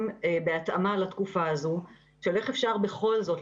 בהתאמה לתקופה הזו של איך אפשר בכל זאת,